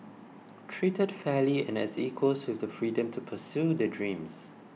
treated fairly and as equals with the freedom to pursue their dreams